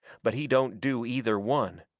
but he don't do either one.